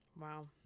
Wow